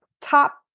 top